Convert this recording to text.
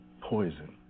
poison